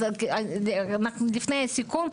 אנחנו לפני סיכום.